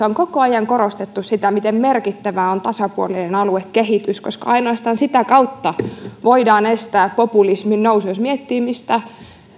on koko ajan korostettu sitä miten merkittävää on tasapuolinen aluekehitys koska ainoastaan sitä kautta voidaan estää populismin nousu jos miettii mistä